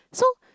so